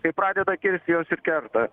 kai pradeda kirst jos ir kerta